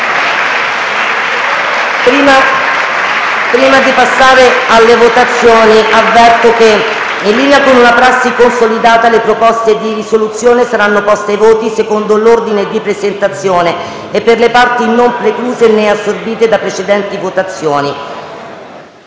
Prima di passare alle votazioni, avverto che, in linea con una prassi consolidata, le proposte di risoluzione saranno poste ai voti secondo l'ordine di presentazione e per le parti non precluse, né assorbite da precedenti votazioni.